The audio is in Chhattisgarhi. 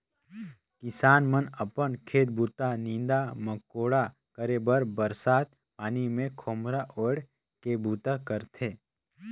किसान मन अपन खेत बूता, नीदा मकोड़ा करे बर बरसत पानी मे खोम्हरा ओएढ़ के बूता करथे